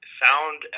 found